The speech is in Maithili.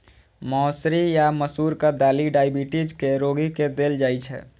मौसरी या मसूरक दालि डाइबिटीज के रोगी के देल जाइ छै